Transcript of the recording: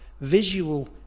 visual